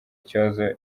ikibazo